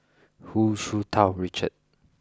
Hu Tsu Tau Richard